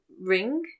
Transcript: Ring